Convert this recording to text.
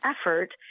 effort